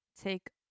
take